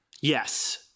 Yes